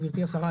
גברתי השרה,